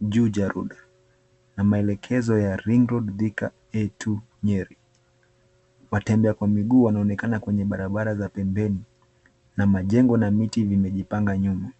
JUJA ROAD na maelekezo ya RING RD THIKA A2 NYERI. Watembea kwa miguu wanaonekana kwenye barabara za pembeni na majengo na miti vimejipanga nyuma.